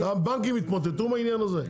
הבנקים יתמוטטו מהעניין הזה?